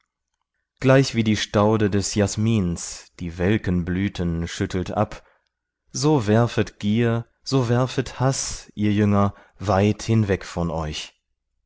gleichwie die staude des jasmins die welken blüten schüttelt ab so werfet gier so werfet haß ihr jünger weit hinweg von euch